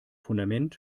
fundament